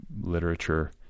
literature